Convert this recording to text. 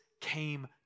came